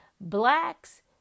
Blacks